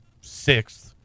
sixth